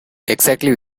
exactly